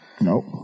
nope